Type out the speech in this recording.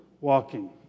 walking